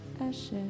ashes